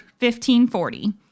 1540